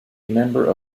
member